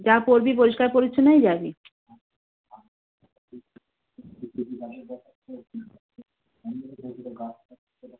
যা করবি পরিষ্কার পরিচ্ছন্ন হয়ে যাবি